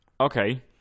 Okay